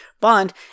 bond